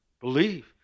Believe